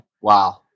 Wow